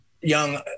Young